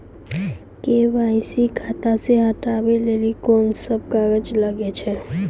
KYC खाता से हटाबै लेली कोंन सब कागज लगे छै?